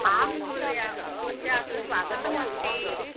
आं महोदया भवत्याः अत्र स्वागतमस्ति